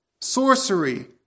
sorcery